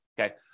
okay